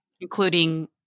including